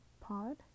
pod